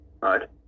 right